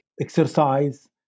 exercise